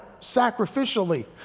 sacrificially